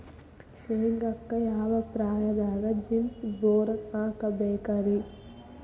ಶೇಂಗಾಕ್ಕ ಯಾವ ಪ್ರಾಯದಾಗ ಜಿಪ್ಸಂ ಬೋರಾನ್ ಹಾಕಬೇಕ ರಿ?